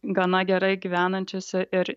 gana gerai gyvenančius ir